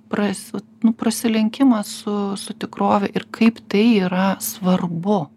pras nu prasilenkimą su su tikrove ir kaip tai yra svarbu